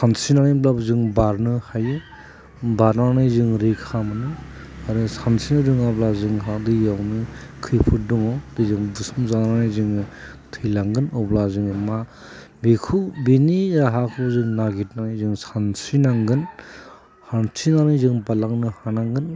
सानस्रिनानैब्लाबो जों बारनो हायो बारनानै जों रैखा मोनो आरो सानस्रिनो रोङाब्ला जोंहा दैयावनो खैफोद दङ दैजों बुसोमजानानै जोङो थैलांगोन अब्ला जोङो मा बेखौ बेनि राहाखौ जों नागिरनानै जों सानस्रिनांगोन सानस्रिनानै जों बारलांनो हानांगोन